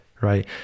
right